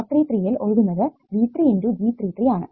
R33 ഇൽ ഒഴുകുന്നത് V3 × G33 ആണ്